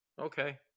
Okay